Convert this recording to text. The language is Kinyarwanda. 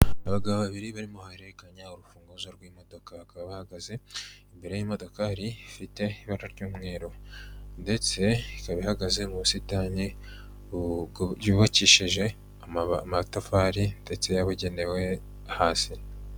Abagabo babiri barimo guhererekanya urufunguzo rw'imodoka, bakaba bahagaze imbere y'imodoka ifite ibara ry'umweru ndetse ikaba ihagaze mu busitani bw’ubakishije amatafari ndetse yabugenewe hasi.